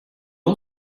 all